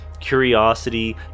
Curiosity